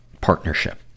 partnership